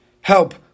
help